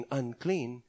unclean